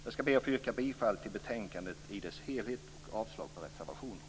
Jag yrkar bifall till utskottets hemställan i betänkandet i dess helhet och avslag på reservationerna.